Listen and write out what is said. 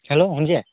hello শুনিছে